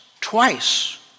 twice